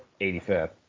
85th